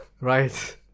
Right